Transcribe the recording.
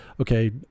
okay